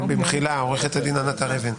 במחילה, עורכת הדין ענת הר אבן,